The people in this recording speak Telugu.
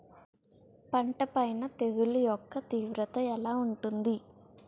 పంట పైన తెగుళ్లు యెక్క తీవ్రత ఎలా ఉంటుంది